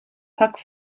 puck